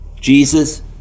Jesus